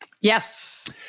Yes